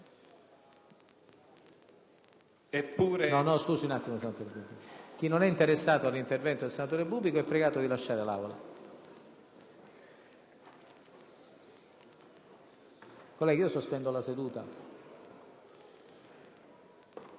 Chi non è interessato all'intervento del senatore Bubbico è pregato di lasciare l'Aula,